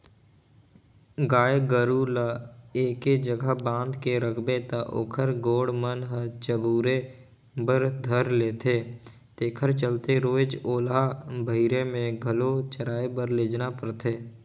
गाय गोरु ल एके जघा बांध के रखबे त ओखर गोड़ मन ह चगुरे बर धर लेथे तेखरे चलते रोयज ओला बहिरे में घलो चराए बर लेजना परथे